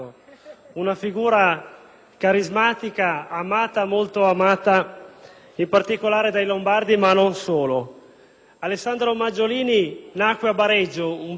in particolare dai lombardi, ma non solo. Alessandro Maggiolini nacque a Bareggio, un bel paese vicino al Ticino, a circa 20 chilometri da Milano. Tanti di noi